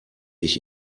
ich